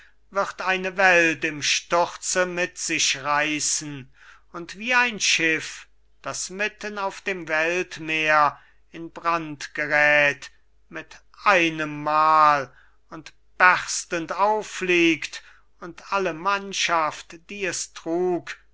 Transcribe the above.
wird eine welt im sturze mit sich reißen und wie ein schiff das mitten auf dem weltmeer in brand gerät mit einem mal und berstend auffliegt und alle mannschaft die es trug